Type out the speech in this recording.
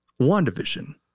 WandaVision